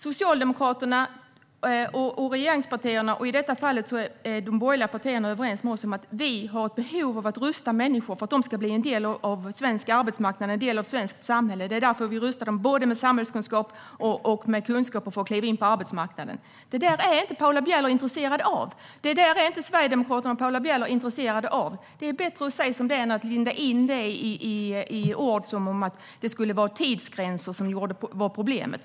Socialdemokraterna och regeringspartierna - och i detta fall är de borgerliga partierna överens med oss - anser att vi behöver rusta människor för att de ska bli en del av svensk arbetsmarknad och det svenska samhället. Det är därför vi rustar dem med både samhällskunskap och kunskaper för att kliva in på arbetsmarknaden. Det där är inte Sverigedemokraterna och Paula Bieler intresserade av. Det är bättre att säga som det är än att linda in det i ord som om det vore tidsgränserna som är problemet.